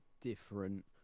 different